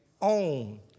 own